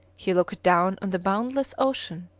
he looked down on the boundless ocean,